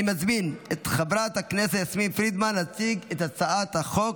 אני מזמין את חברת הכנסת יסמין פרידמן להציג את הצעת החוק.